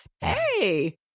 Hey